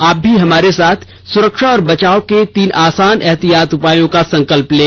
आप भी हमारे साथ सुरक्षा और बचाव के तीन आसान एहतियाती उपायों का संकल्प लें